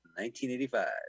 1985